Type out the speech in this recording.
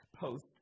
post